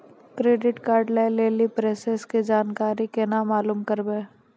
Credit card लय लेली process के जानकारी केना मालूम करबै?